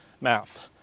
math